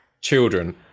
children